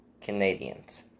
Canadians